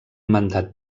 mandat